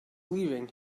leaving